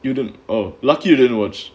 you didn't are luckier than watch